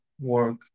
work